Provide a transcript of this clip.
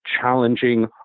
challenging